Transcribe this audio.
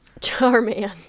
Charman